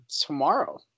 tomorrow